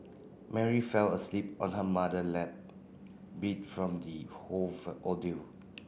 Mary fell asleep on her mother lap beat from the whole ordeal